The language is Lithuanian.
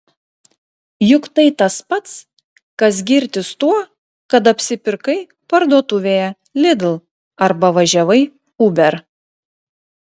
juk tai tas pats kas girtis tuo kad apsipirkai parduotuvėje lidl arba važiavai uber